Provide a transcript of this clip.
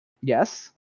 Yes